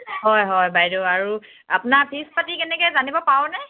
হয় হয় বাইদেউ আৰু আপোনাৰ ফীজ পাতি কেনেকৈ জানিব পাৰোনে